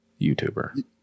YouTuber